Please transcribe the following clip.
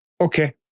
Okay